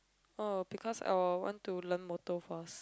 oh because I'll want to learn motor first